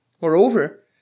Moreover